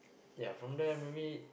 ya from there maybe